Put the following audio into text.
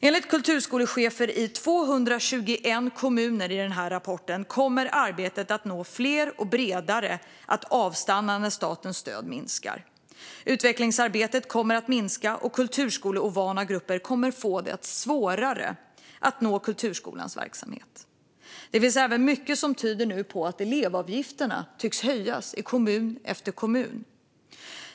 Enligt kulturskolechefer i 221 kommuner i den här rapporten kommer arbetet med att nå fler och bredare att avstanna när statens stöd minskar. Utvecklingsarbetet kommer att minska och kulturskoleovana grupper kommer att få det svårare att nå kulturskolans verksamhet. Det finns även mycket som nu tyder på att elevavgifterna tycks höjas i kommun efter kommun.